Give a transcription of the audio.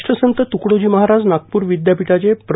राष्ट्रसंत त्कडोजी महाराज नागपूर विद्यापीठाचे प्र